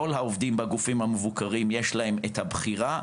העובדים בגופים המבוקרים יש להם את הבחירה,